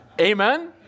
Amen